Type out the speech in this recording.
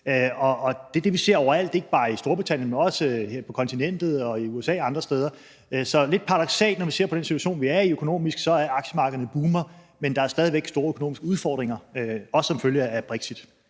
og det er det, vi ser overalt, ikke bare i Storbritannien, men også her på kontinentet og i USA og andre steder. Det er lidt paradoksalt, når vi ser på den situation, vi er i økonomisk, altså at aktiemarkederne boomer. Men der er stadig væk store økonomiske udfordringer, også som følge af brexit.